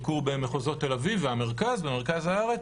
חולקו במחוזות תל אביב ובמרכז הארץ,